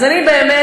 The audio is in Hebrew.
אז אני באמת,